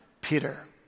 Peter